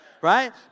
Right